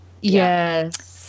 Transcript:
yes